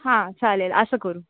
हां चालेल असं करू